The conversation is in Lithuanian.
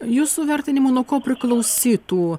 jūsų vertinimu nuo ko priklausytų